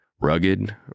rugged